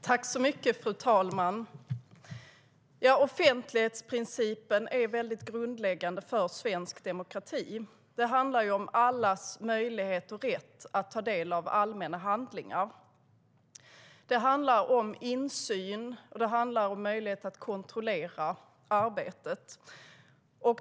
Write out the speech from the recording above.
Fru talman! Offentlighetsprincipen är mycket grundläggande för svensk demokrati. Den handlar om allas möjligheter och rätt att ta del av allmänna handlingar. Den handlar om insyn och om möjlighet att kontrollera arbetet.